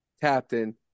captain